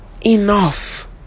enough